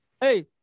Hey